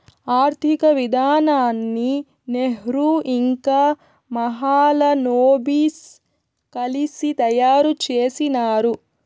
ఆర్థిక విధానాన్ని నెహ్రూ ఇంకా మహాలనోబిస్ కలిసి తయారు చేసినారు